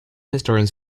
historians